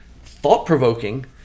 thought-provoking